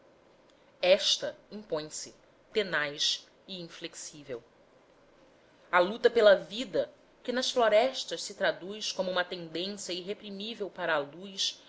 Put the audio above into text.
resistência esta impõe se tenaz e inflexível a luta pela vida que nas florestas se traduz como uma tendência irreprimível para a luz